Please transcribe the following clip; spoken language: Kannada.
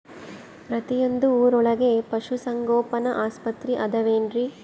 ಪ್ರತಿಯೊಂದು ಊರೊಳಗೆ ಪಶುಸಂಗೋಪನೆ ಆಸ್ಪತ್ರೆ ಅದವೇನ್ರಿ?